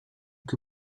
que